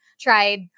tried